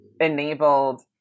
enabled